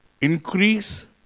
increase